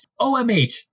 OMH